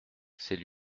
c’est